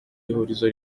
ihurizo